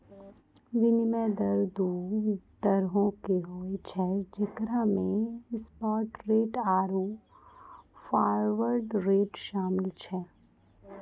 विनिमय दर दु तरहो के होय छै जेकरा मे स्पाट रेट आरु फारवर्ड रेट शामिल छै